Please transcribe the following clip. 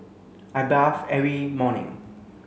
I bath every morning